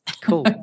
Cool